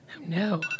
no